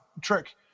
trick